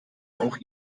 auch